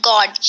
God